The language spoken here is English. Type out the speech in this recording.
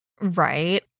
Right